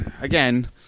again